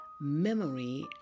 Memory